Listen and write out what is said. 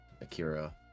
Akira